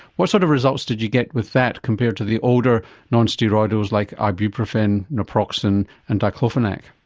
what sort of results did you get with that compared to the older non-steroidals like ibuprofen, naproxen and diclofenac?